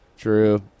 true